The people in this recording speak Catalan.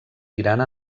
tirant